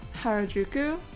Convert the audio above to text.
harajuku